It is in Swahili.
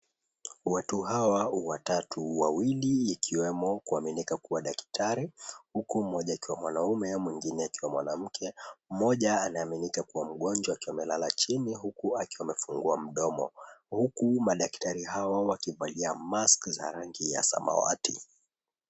Watu hawa watatu, wawili ikiwemo kuaminika kuwa daktari huku mmoja akiwa mwanaume mwengine akiwa mwanamke. Mmoja anaaminika kuwa mgonjwa akiwa amelala chini huku akiwa amefungua mdomo huku madaktari hao wakivalia mask za rangi ya samawati.